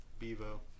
Bevo